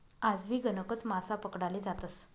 आजबी गणकच मासा पकडाले जातस